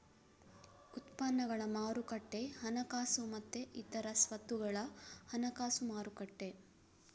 ಉತ್ಪನ್ನಗಳ ಮಾರುಕಟ್ಟೆ ಹಣಕಾಸು ಮತ್ತೆ ಇತರ ಸ್ವತ್ತುಗಳ ಹಣಕಾಸು ಮಾರುಕಟ್ಟೆ